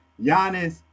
Giannis